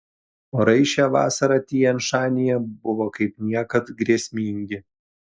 orai šią vasarą tian šanyje buvo kaip niekad grėsmingi